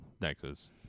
Nexus